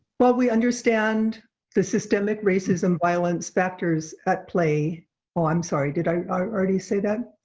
while we understand the systemic racism violence factors at play oh i'm sorry did i already say that?